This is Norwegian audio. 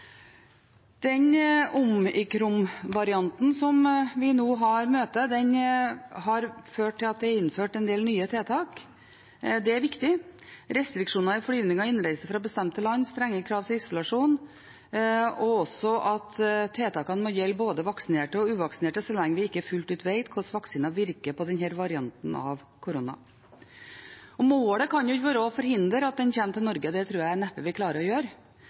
Den omikronvarianten som vi nå møter, har ført til at det er innført en del nye tiltak. Det er viktig. Det er restriksjoner i flygninger og innreise fra bestemte land, strenge krav til isolasjon og også at tiltakene må gjelde både vaksinerte og uvaksinerte så lenge vi ikke fullt ut vet hvordan vaksinen virker på denne varianten av korona. Målet kan ikke være å forhindre at den kommer til Norge, det tror jeg neppe vi klarer å gjøre,